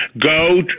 Go